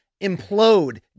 implode